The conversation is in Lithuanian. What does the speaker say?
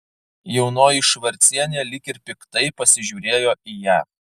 jaunoji švarcienė lyg ir piktai pasižiūrėjo į ją